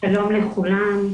שלום לכולם.